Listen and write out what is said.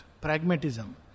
pragmatism